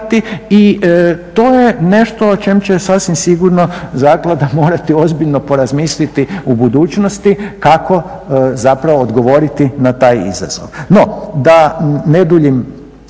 I to je nešto o čemu će sasvim sigurno zaklada morati ozbiljno porazmisliti u budućnosti kako zapravo odgovoriti na taj izazov. No, da ne duljim